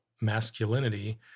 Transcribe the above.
masculinity